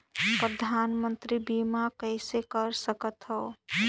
परधानमंतरी बीमा कइसे कर सकथव?